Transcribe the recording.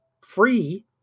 free